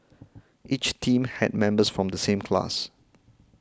each team had members from the same class